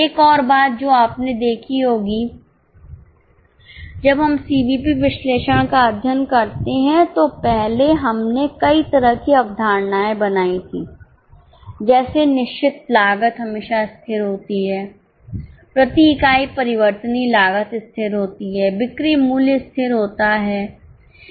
एक और बात जो आपने देखी होगी जब हम CVP विश्लेषण का अध्ययन करते हैं तो पहले हमने कई तरह की धारणाएं बनाई थीं जैसे निश्चित लागत हमेशा स्थिर होती है प्रति इकाई परिवर्तनीय लागत स्थिर होती है बिक्री मूल्य स्थिर होता है